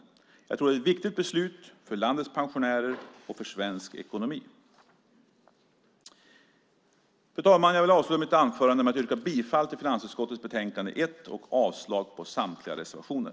Jag tror att det är ett viktigt beslut för landets pensionärer och för svensk ekonomi. Fru talman! Jag vill avsluta mitt anförande med att yrka bifall till förslaget i finansutskottets betänkande 1 och avslag på samtliga reservationer.